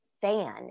fan